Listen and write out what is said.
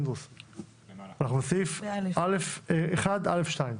אנחנו בפסקה (2).